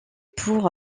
pour